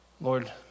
Lord